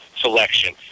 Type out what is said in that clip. selection